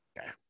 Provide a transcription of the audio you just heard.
Okay